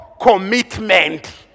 commitment